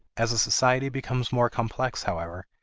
as a society becomes more complex, however,